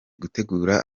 gutegura